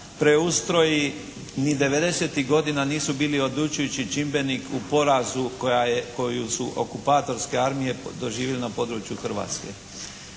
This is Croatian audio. preustroji ni 90-tih godina nisu bili odlučujući čimbenik u porazu koju su okupatorske armije doživjele na području Hrvatske.